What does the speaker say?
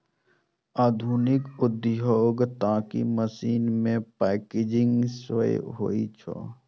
आधुनिक औद्योगिक कताइ मशीन मे पैकेजिंग सेहो होइ छै